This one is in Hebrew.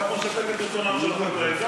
את רצונם של החברים.